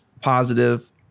positive